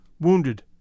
wounded